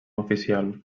oficial